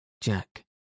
Jack